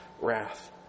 wrath